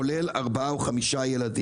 כולל 4 או 5 ילדים.